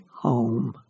Home